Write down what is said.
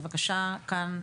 בבקשה כאן,